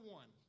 one